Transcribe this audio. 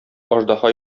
аждаһа